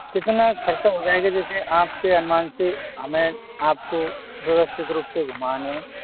कितना खर्चा हो जाएगा जैसे आपके अनुमान से हमें आपको व्यवस्थित रूप से घुमाने में